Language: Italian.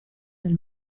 del